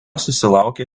susilaukė